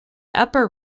upper